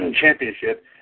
championship